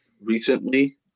Recently